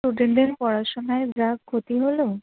স্টুডেন্টদের পড়াশোনায় যা ক্ষতি হলো